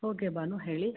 okay Bhanu ಹೇಳಿ